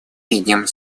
видим